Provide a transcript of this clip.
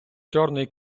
чорний